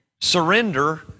Surrender